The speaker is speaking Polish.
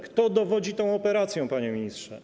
Kto dowodzi tą operacją, panie ministrze?